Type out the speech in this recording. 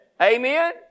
Amen